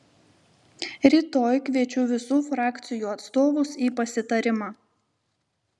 rytoj kviečiu visų frakcijų atstovus į pasitarimą